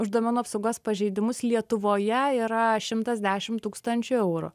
už duomenų apsaugos pažeidimus lietuvoje yra šimtas dešimt tūkstančių eurų